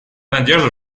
надежду